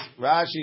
Rashi